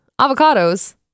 avocados